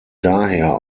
daher